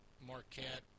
Marquette